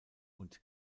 und